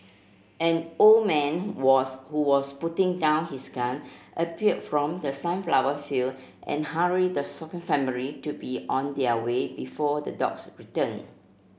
an old man was who was putting down his gun appeared from the sunflower field and hurried the shaken family to be on their way before the dogs return